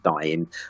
dying